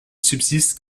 subsiste